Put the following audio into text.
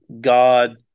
God